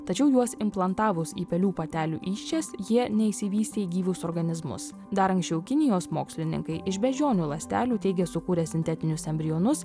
tačiau juos implantavus į pelių patelių įsčias jie neišsivystė į gyvus organizmus dar anksčiau kinijos mokslininkai iš beždžionių ląstelių teigia sukūrę sintetinius embrionus